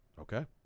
Okay